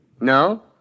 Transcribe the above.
No